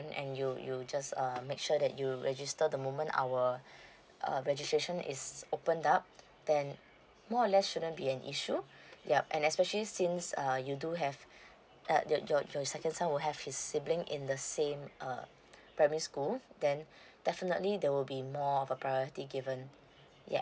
and you you just err make sure that you register the moment our uh registration is opened up then more or less shouldn't be an issue yup and especially since uh you do have uh your your your second son will have his sibling in the same uh primary school then definitely there will be more of a priority given yup